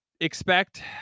expect